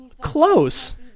Close